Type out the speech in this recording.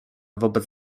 wobec